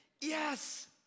Yes